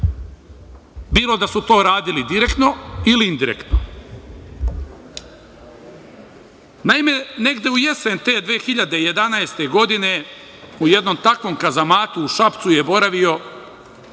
bilo da su to radili direktno ili indirektno. Naime, negde u jesen te 2011. godine u jednom takvom kazamatu u Šapcu je boravio,